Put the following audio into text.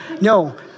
No